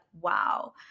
wow